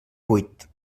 buit